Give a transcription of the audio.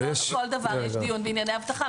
לא בכל דבר יש דיון בענייני אבטחה.